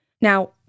Now